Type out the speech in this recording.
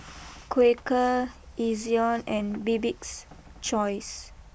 Quaker Ezion and Bibik's choice